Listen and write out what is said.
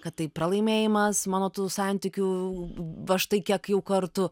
kad tai pralaimėjimas mano tų santykių va štai kiek jau kartų